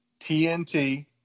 TNT